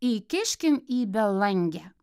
įkiškim į belangę